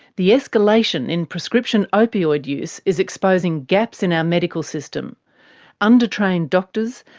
the escalation in prescription opioid use is exposing gaps in our medical system under-trained doctors,